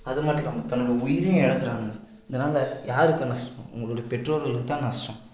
அதுமட்டும் இல்லாமல் தன்னோட உயிரையும் இழக்குறாங்க இதனால் யாருக்கு நஷ்டம் உங்களுடைய பெற்றோர்களுக்கு தான் நஷ்டம்